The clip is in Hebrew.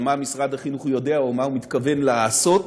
מה משרד החינוך יודע או מה הוא מתכוון לעשות.